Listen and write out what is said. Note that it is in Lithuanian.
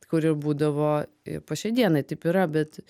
kur ir būdavo po šiai dienai taip yra bet